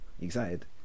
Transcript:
excited